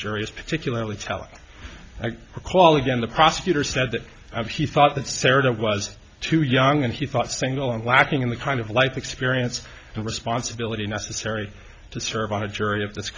jury is particularly telling i can recall again the prosecutor said that i've he thought that sarah that was too young and he thought single and lacking in the kind of life experience and responsibility necessary to serve on a jury of this